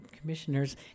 commissioners